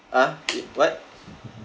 !huh! eh what